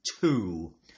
two